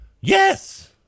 Yes